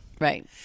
Right